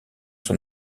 son